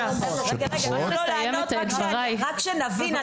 רק שנבין.